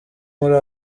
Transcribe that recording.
muri